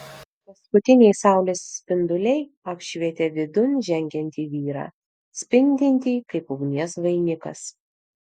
paskutiniai saulės spinduliai apšvietė vidun žengiantį vyrą spindintį kaip ugnies vainikas